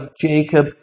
Jacob